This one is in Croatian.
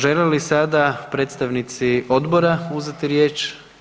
Žele li sada predstavnici odbora uzeti riječ?